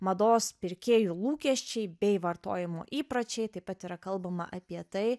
mados pirkėjų lūkesčiai bei vartojimo įpročiai taip pat yra kalbama apie tai